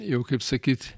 jau kaip sakyt